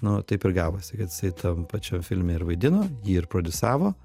nu taip ir gavosi kad jisai tam pačiam filme ir vaidino jį ir prodiusavo